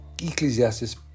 ecclesiastes